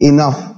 Enough